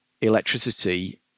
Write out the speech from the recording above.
electricity